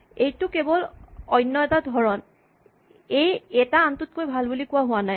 এইটো কেৱল অন্য এটা ধৰণ এটা আনটোতকৈ ভাল বুলি কোৱা হোৱা নাই